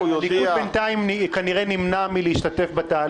נעבור להצבעה.